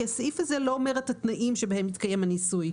כי הסעיף הזה לא אומר את התנאים שבהם מתקיים הניסוי.